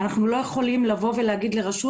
אנחנו לא יכולים לבוא ולהגיד לרשות